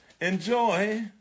Enjoy